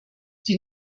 die